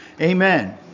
Amen